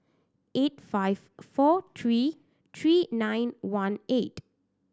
eight five four three three nine one eight